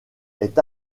est